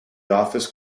office